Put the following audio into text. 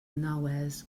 nawaz